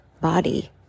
body